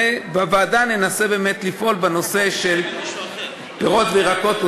ובוועדה ננסה באמת לפעול בנושא של פירות וירקות,